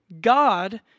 God